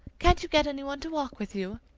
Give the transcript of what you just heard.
can't you get anyone to walk with you?